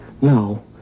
No